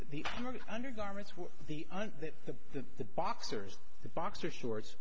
and the the boxers the boxer shorts